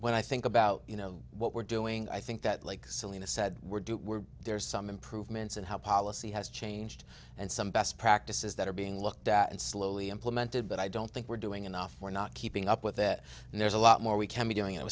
when i think about you know what we're doing i think that like selena said we're due we're there's some improvements in how policy has changed and some best practices that are being looked at and slowly implemented but i don't think we're doing enough we're not keeping up with it and there's a lot more we can be doing it